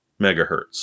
megahertz